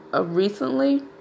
recently